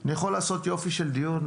אני יכול לעשות יופי של דיון,